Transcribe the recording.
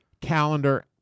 calendar